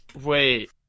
Wait